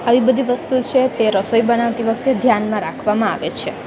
આવી બધી વસ્તુઓ છે તે રસોઈ બનાવતી વખતે ધ્યાનમાં રાખવામાં આવે છે